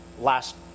last